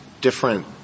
different